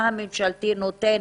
מה הממשלתי נותן